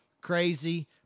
crazy